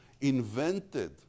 invented